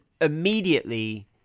immediately